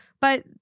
But-